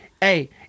hey